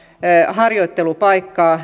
harjoittelupaikkaa